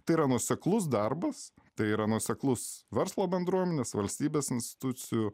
tai yra nuoseklus darbas tai yra nuoseklus verslo bendruomenės valstybės institucijų